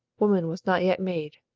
woman was not yet made.